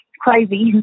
crazy